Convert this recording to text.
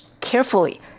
carefully